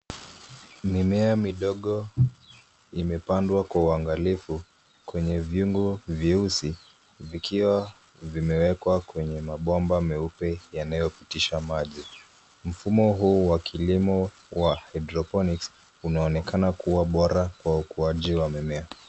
Mimea midogo imepandwa kwa uangalifu kwenye vyungu vieusi vikiwa vimewekwa kwenye mabomba meupe yanayopitisha maji. Mfumo huu wa kilimo wa hydroponics unaonekana kuwa bora kwa ukuaji wa mimea.